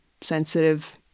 sensitive